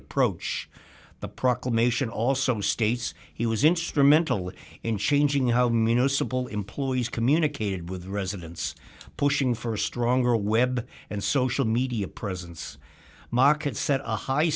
approach the proclamation also states he was instrumental in changing how municipal employees communicated with residents pushing for stronger web and social media presence markets set a high